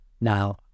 Now